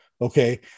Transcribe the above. Okay